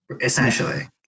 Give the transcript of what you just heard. essentially